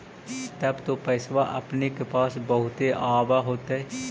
तब तो पैसबा अपने के पास बहुते आब होतय?